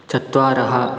चत्वारः